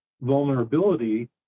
vulnerability